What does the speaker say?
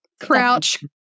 crouch